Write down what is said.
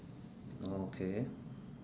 okay